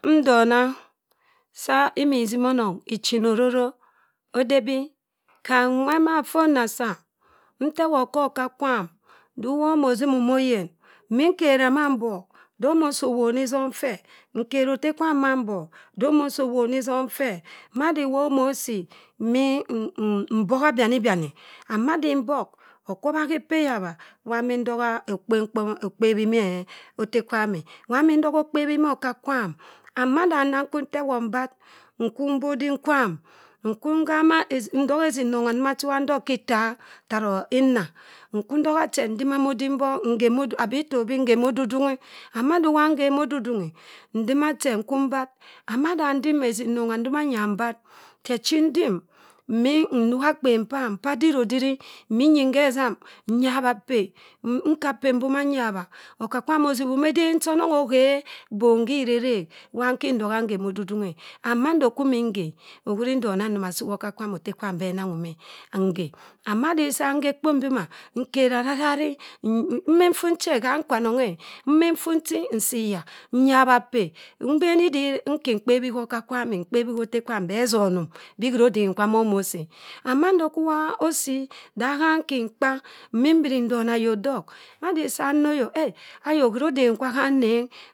Ndona sa imi itima onong ichina ororo ode bi. kham nwaoma ma affor da sam nto ewot kho oka- kwam di wa ano simi m ayin, minkereh mann mbok. Da eme sii owoni som ffeh. Madi wa omo ọssi mi mbogha byani byani. And madi mbọk, okwubha ka epeh yawa wa mintogha okpebhi mo atte-kwam eh. waa min ntogha akpebhi ma oka- kwam. And mada ini nkwu ntewot mbat. nkwu mba adim kwam. Nkwu nha-ma, ntogha esin nogha ndoma chi iwa ntok khi itta taro inna. Nkwu ntogha che ntima mo odim bọk. Abi itta ọbe nkhe mo odu- nghi. And mado iwa nkhe mo odu-odunghi. And mado iwa nkhe mo odu-dunghi, ntima esbin nnongha nda manya mbarr. che chi ntim mmin nnuk akpen pam pa adiri odiri. Min nyi khe essam, nyabha apeh. Nka apeh mboma nyabha, aka-kwam osibhum eden eha anọng okhen bọm khi rekrok. wa nki ntogha nkhe mo odudung e. And mando kwu imin nkhe ohuri ndona ndoma sa oka kwam atte kwam beh ananghum e. Ngheh. And maadi ssa nghe ekpo mbioma, nkeri arirari mmin nffu nchie ham ikwanog e min ffu nchi, nsii iya. nyabha apeh. Mbeni di nka mkpebhi kho oka- kwam mkpebhi kho otte kwam beh sonum bi khera adem kwa mo- mo si e. And mand kwu wa osi da ham nkin mkpa mim mbiri ndona ayok dok. Madisa nne oyok mbi eh, kheri odem kwa ham nneng.